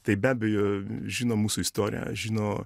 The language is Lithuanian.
tai be abejo žino mūsų istoriją žino